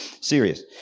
Serious